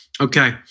Okay